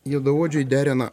juodaodžiai derina